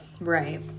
Right